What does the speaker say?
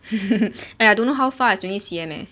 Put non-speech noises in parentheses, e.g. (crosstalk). (laughs) and I don't know how far is twenty C_M eh